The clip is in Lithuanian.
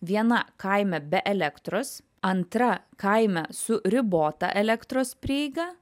viena kaime be elektros antra kaime su ribota elektros prieiga